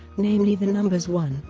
namely the numbers one,